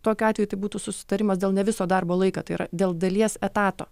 tokiu atveju tai būtų susitarimas dėl ne viso darbo laiką tai yra dėl dalies etato